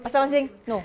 pasar marsiling no